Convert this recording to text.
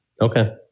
okay